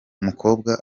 mukobwa